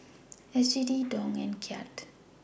S G D Dong and Kyat